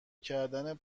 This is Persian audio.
کردن